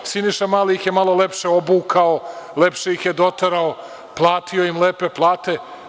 Siniša Mali ih je malo lepše obukao, lepše ih je doterao, platio im lepe plate.